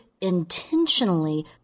intentionally